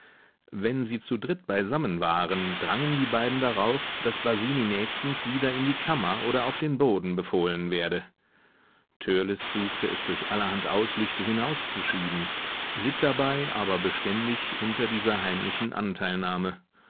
wenn sie zu dritt beisammen waren drangen die beiden darauf daß basini nächstens wieder in die kammer oder auf den boden befohlen werde törleß suchte es durch allerhand ausflüchte hinauszuschieben litt dabei aber beständig unter dieser heimlichen anteilnahme